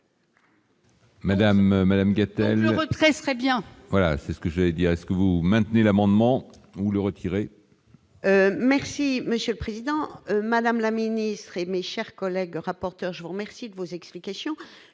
j'vais dire est-ce que vous maintenez l'amendement ou le retirer. Merci Monsieur le Président, Madame la Ministre, et mes chers collègues, le rapporteur, je vous remercie de vos explications,